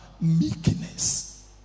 Meekness